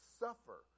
suffer